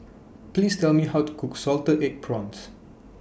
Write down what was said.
Please Tell Me How to Cook Salted Egg Prawns